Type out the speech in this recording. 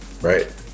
right